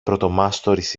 πρωτομάστορης